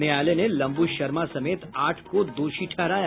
न्यायालय ने लम्बू शर्मा समेत आठ को दोषी ठहराया